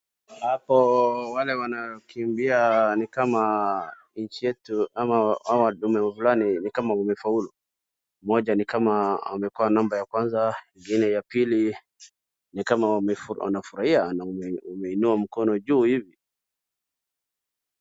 Hapo wale wanakimbia ni kama nchi yetu ama hawa wanaume fulani ni kama wamefaulu. Moja ni kama amekuwa namba ya kwanza, mwingine ya pili, ni kama wamefurahia na wameinua mkono juu hivi.